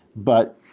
but